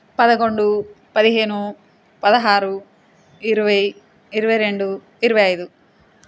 పదకొండు పదిహేను పదహారు ఇరవై ఇరవై రెండు ఇరవై ఐదు